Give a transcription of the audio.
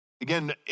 again